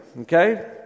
Okay